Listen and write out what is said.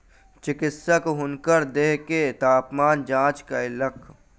चिकित्सक हुनकर देह के तापमान जांच कयलक